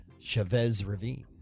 Chavez-Ravine